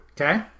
Okay